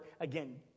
Again